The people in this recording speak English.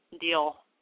Deal